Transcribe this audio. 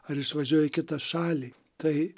ar išvažiuoji į kitą šalį tai